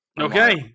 Okay